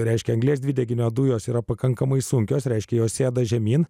reiškia anglies dvideginio dujos yra pakankamai sunkios reiškia jos sėda žemyn